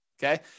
Okay